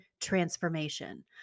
transformation